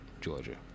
Georgia